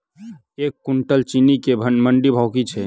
एक कुनटल चीनी केँ मंडी भाउ की छै?